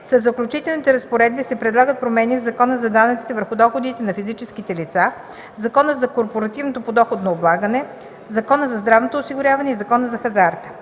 Със Заключителните разпоредби се предлагат промени в Закона за данъците върху доходите на физическите лица, Закона за корпоративното подоходно облагане, Закона за здравното осигуряване и Закона за хазарта.